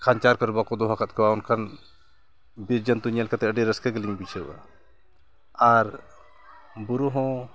ᱠᱷᱟᱱᱪᱟᱨ ᱠᱚᱨᱮ ᱵᱟᱠᱚ ᱫᱚᱦᱚᱣ ᱟᱠᱟᱫ ᱠᱚᱣᱟ ᱚᱱᱠᱟᱱ ᱵᱤᱨ ᱡᱚᱱᱛᱩ ᱧᱮᱞ ᱠᱟᱛᱮᱫ ᱟᱹᱰᱤ ᱨᱟᱹᱥᱠᱟᱹ ᱜᱤᱞᱤᱧ ᱵᱩᱡᱷᱟᱹᱣᱟ ᱟᱨ ᱵᱩᱨᱩ ᱦᱚᱸ